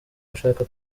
ushaka